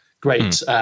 great